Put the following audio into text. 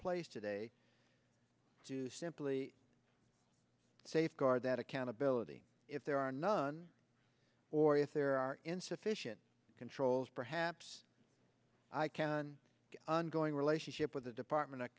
place today to simply safeguard that accountability if there are none or if there are insufficient controls perhaps i can ongoing relationship with the department of